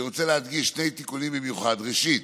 אני רוצה להדגיש שני תיקונים במיוחד: ראשית,